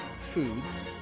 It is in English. foods